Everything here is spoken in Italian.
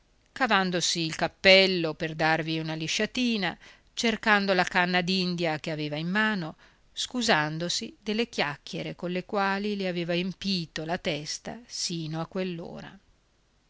andarsene cavandosi il cappello per darvi una lisciatina cercando la canna d'india che aveva in mano scusandosi delle chiacchiere colle quali le aveva empito la testa sino a